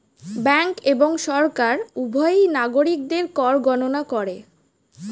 bank এবং সরকার উভয়ই নাগরিকদের কর গণনা করে